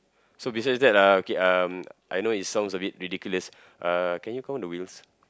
so beside that uh okay um I know it sounds a bit ridiculous uh can you count the wheels